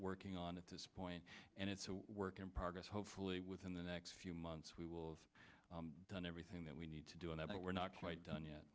working on at this point and it's a work in progress hopefully within the next few months we will have done everything that we need to do and i think we're not quite done yet